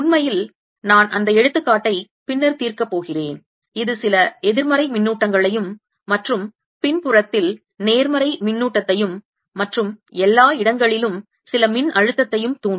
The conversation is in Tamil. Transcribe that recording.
உண்மையில் நான் அந்த எடுத்துக்காட்டை பின்னர் தீர்க்க போகிறேன் இது சில எதிர்மறை மின்னூட்டங்களையும் மற்றும் பின்புறத்தில் நேர்மறை மின்னூட்டத்தையும் மற்றும் எல்லா இடங்களிலும் சில மின் அழுத்தத்தையும் தூண்டும்